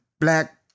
black